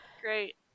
Great